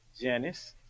Janice